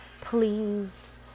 please